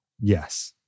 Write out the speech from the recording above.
yes